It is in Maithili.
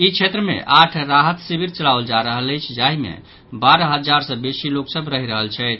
ई क्षेत्र मे आठ राहत शिविर चलाओल जा रहल अछि जाहि मे बारह हजार सँ बेसी लोक सभ रहि रहल छथि